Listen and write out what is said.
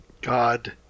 God